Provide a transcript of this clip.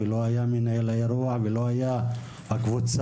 לא מנהל האירוע והקבוצה.